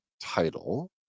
title